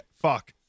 Fuck